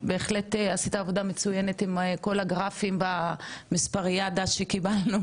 בהחלט עשית עבודה מצוינת עם כל הגרפים והמספרייאדה שקיבלנו